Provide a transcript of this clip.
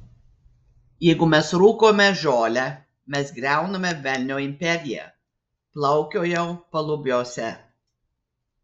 jeigu mes rūkome žolę mes griauname velnio imperiją plaukiojau palubiuose